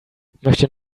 möchte